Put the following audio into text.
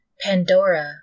Pandora